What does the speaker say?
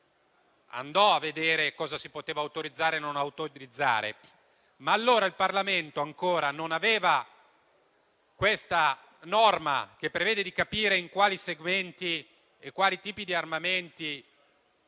andò a vedere cosa si poteva autorizzare o meno. Ma allora il Parlamento non aveva ancora questa norma, che prevede di capire in quali segmenti e quali tipi di armamenti